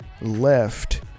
left